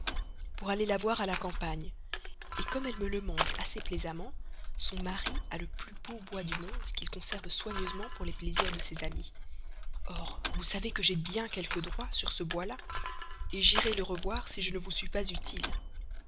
pour aller la voir à la campagne comme elle me le mande assez plaisamment son mari a le plus beau bois du monde qu'il conserve soigneusement pour les plaisirs de ses amis or vous savez que j'ai bien quelques droits sur ce bois là j'irai le revoir si je ne vous suis pas utile